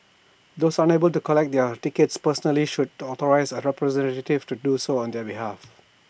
those unable to collect their tickets personally should authorise A representative to do so on their behalf